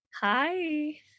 Hi